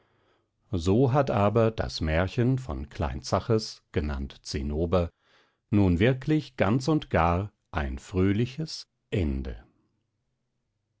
so hat aber das märchen von klein zaches genannt zinnober nun wirklich ganz und gar ein fröhliches ende